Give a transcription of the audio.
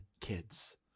kids